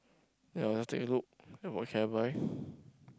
ya let's take a look at what can I buy